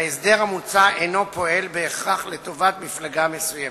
ההסדר המוצע אינו פועל בהכרח לטובת מפלגה מסוימת,